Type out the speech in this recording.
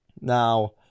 Now